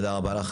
תודה רבה לך.